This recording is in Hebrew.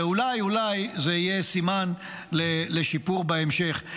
אולי אולי זה יהיה סימן לשיפור בהמשך.